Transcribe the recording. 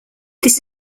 this